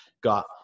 got